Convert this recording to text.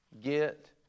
get